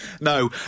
No